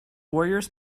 warriors